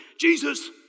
Jesus